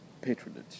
patronage